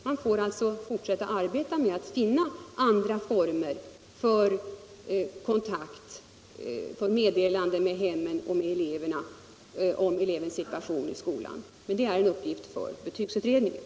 Man får alltså fortsätta att arbeta med att finna andra former för kontakt med hem och elever om elevens situation i skolan, och det är en uppgift för betygsutredningen.